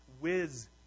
whiz